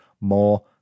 more